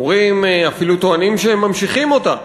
אפילו טוענים שהם ממשיכים אותה,